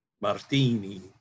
Martini